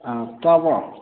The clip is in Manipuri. ꯑ ꯇꯥꯕ꯭ꯔꯣ